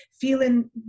feeling